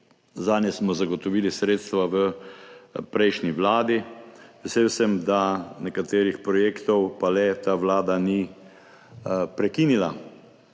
Zanje smo zagotovili sredstva v prejšnji vladi. Vesel sem, da nekaterih projektov ta vlada le ni prekinila.